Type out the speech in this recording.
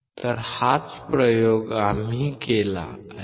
तर हाच प्रयोग आम्ही केला आहे